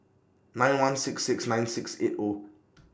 nine one six six nine six eight O